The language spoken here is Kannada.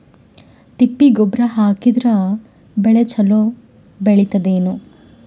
ತಿಪ್ಪಿ ಗೊಬ್ಬರ ಹಾಕಿದರ ಬೆಳ ಚಲೋ ಬೆಳಿತದೇನು?